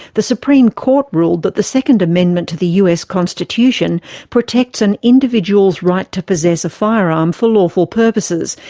the supreme court ruled that the second amendment to the u s constitution protects an individual's right to possess a firearm for lawful purposes,